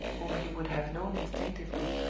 whom he would have known instinctively,